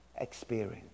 experience